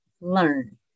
learn